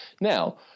now